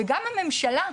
וגם הממשלה,